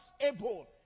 able